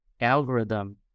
algorithm